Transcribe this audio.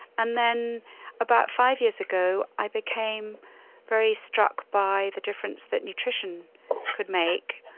and then about five years ago i became very struck by the difference that nutrition could make.